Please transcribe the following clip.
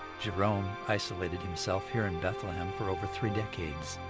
jerome isolated himself here in bethlehem for over three decades.